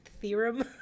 theorem